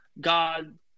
God